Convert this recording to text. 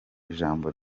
ijambo